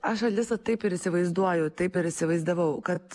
aš alisą taip ir įsivaizduoju taip ir įsivaizdavau kad